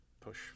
Push